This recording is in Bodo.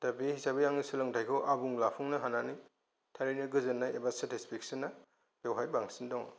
दा बे हिसाबै आं सोलोंथाइखौ आबुं लाफुंनो हानानै थारैनो गोजोननाय एबा सेटिस्फेकस'नआ बेवहाय बांसिन दङ